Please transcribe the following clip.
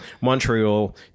Montreal